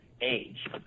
age